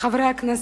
חברי הכנסת.